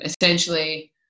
Essentially